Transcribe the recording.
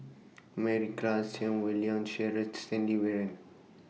Mary Klass Chan Wei Liang Cheryl Stanley Warren